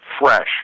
fresh